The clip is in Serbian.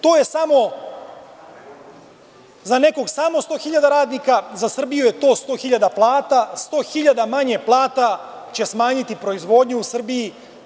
To je samo za nekoga 100.000 radnika, a za Srbiju je to 100.000 plata, 100.000 manje plata će smanjiti proizvodnju u Srbiji.